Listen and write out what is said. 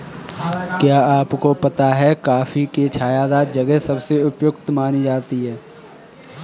क्या आपको पता है कॉफ़ी के लिए छायादार जगह सबसे उपयुक्त मानी जाती है?